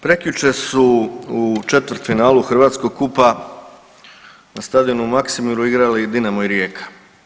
Prekjučer su u četvrtfinalu Hrvatskog kupa na stadionu u Maksimiru igrali Dinamo i Rijeka.